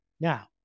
Now